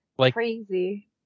crazy